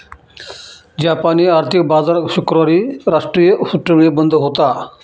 जापानी आर्थिक बाजार शुक्रवारी राष्ट्रीय सुट्टीमुळे बंद होता